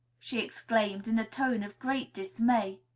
she exclaimed in a tone of great dismay.